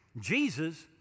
Jesus